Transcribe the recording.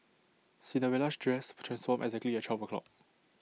Cinderella's dress transformed exactly at twelve o'clock